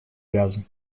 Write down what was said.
газы